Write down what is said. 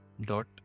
dot